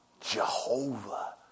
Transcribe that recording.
Jehovah